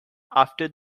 after